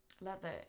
Leather